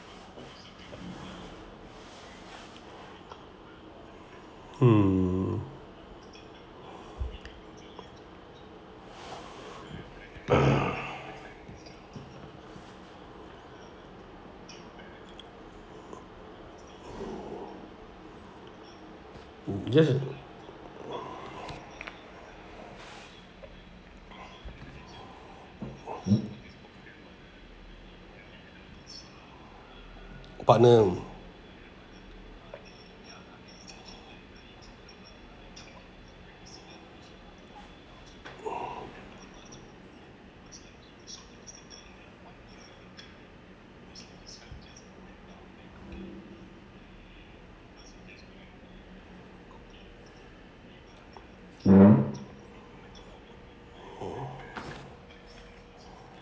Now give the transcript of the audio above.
mm mm just partner